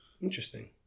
Interesting